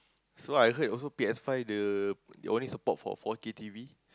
so I hear also P_S-five the they only support for four-K T_V